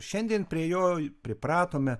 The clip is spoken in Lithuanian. šiandien prie jo pripratome